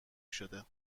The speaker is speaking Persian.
شده